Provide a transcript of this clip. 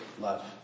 love